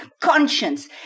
conscience